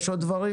יש עוד דברים?